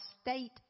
state